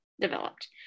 developed